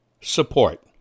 support